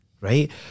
right